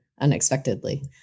unexpectedly